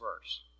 verse